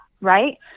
right